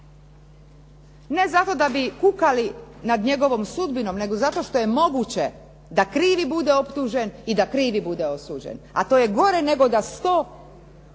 Ne zato da bi kukali nad njegovom sudbinom nego zato što je moguće da krivi bude optužen i da krivi bude osuđen a to je gore nego da 100